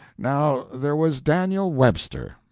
now there was daniel webster.